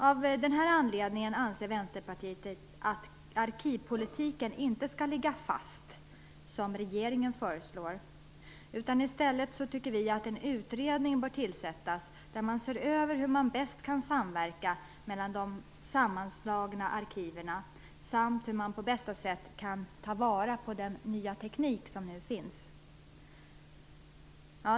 Av den anledningen anser Vänsterpartiet att arkivpolitiken inte skall ligga fast, som regeringen föreslår, utan i stället tycker vi att en utredning bör tillsättas där man ser över hur man bäst kan samverka mellan de sammanslagna arkiven, samt hur man på bästa sätt kan ta vara på den nya teknik som nu finns.